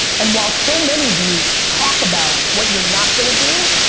and while so many of you talk about what you're not gonna do,